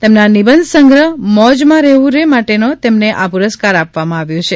તેમના નિબંધસંગ્રહ મોજમાં રેવુ રે માટે તેમને આ પુરસ્કાર આપવામા આવ્યો છે